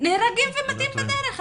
נהרגים ומתים בדרך.